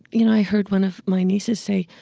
you know, i heard one of my nieces say,